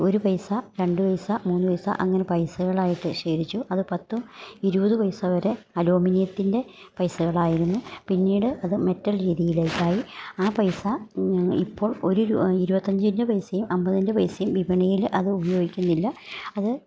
ഒരു പൈസ രണ്ട് പൈസ മൂന്ന് പൈസ അങ്ങനെ പൈസകളായിട്ട് ശേഖരിച്ചു അത് പത്തും ഇരുപത് പൈസ വരെ അലുമിനിയത്തിൻ്റെ പൈസകളായിരുന്നു പിന്നീട് അത് മെറ്റൽ രീതിയിലേക്കായി ആ പൈസ ഇപ്പോൾ ഒരു രു ഇരുപത്തഞ്ചിൻ്റെ പൈസയും അൻപതിൻ്റെ പൈസയും വിപണിയിൽ അത് ഉപയോഗിക്കുന്നില്ല അത്